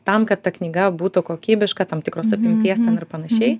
tam kad ta knyga būtų kokybiška tam tikros apimties ten ir panašiai